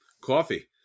Coffee